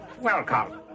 welcome